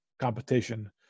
competition